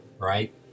right